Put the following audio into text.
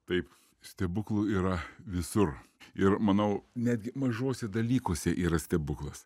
taip stebuklų yra visur ir manau netgi mažuose dalykuose yra stebuklas